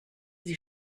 sie